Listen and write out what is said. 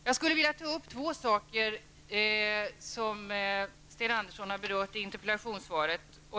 Jag vill ta upp två saker som Sten Andersson har berört i interpellationssvaret.